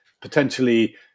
potentially